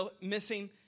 missing